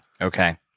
Okay